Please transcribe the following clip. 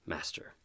Master